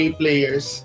players